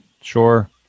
sure